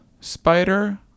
spider